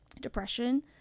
depression